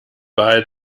wahl